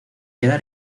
queda